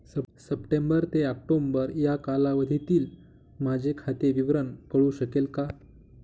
September ते October या कालावधीतील माझे खाते विवरण कळू शकेल का?